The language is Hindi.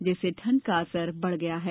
जिससे ठंड का असर बढ़ गया है